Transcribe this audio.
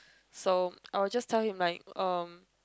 so I will just tell him like um